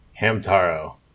Hamtaro